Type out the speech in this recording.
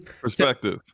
perspective